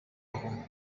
aho